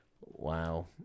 Wow